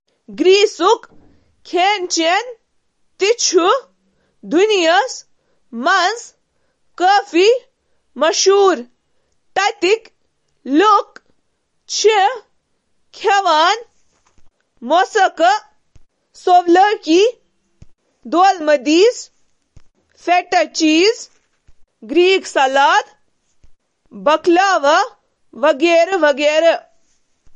یوٗنٲنہِ ضِیافت چھِ یونانُک تہٕ یوٗنٲنہِ باشندٕک ضِیاف۔ بحیرہ روم کین واریاہن باقی ضیافتن سۭتۍ مشترک، امچ بنیاد چِھ کٔنٕک، زیتون ہنٛد تیل، تہٕ شراب کیٛن ترٛین پیٹھ تھونہٕ آمژ۔ اَتھ منٛز چھِ سبزی، زیتونُک تیل، اناج، گاڈٕ تہٕ ماز استعمال یِوان کرنہٕ، یَتھ منٛز سورٕ ماز ، مرغی ، نالہٕ تہٕ بیف ، لیمب، خرگوش تہٕ ژھایہ شٲمِل چھِ۔